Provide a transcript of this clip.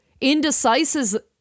indecisive